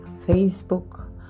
Facebook